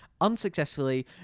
Unsuccessfully